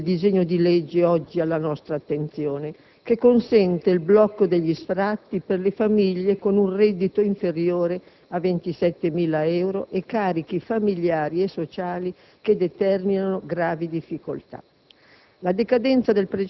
la veloce approvazione del disegno di legge oggi alla nostra attenzione, che consente il blocco degli sfratti per le famiglie con un reddito inferiore a 27.000 euro e carichi familiari e sociali che determinano gravi difficoltà.